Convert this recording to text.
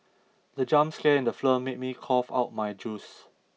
the jump scare in the film made me cough out my juice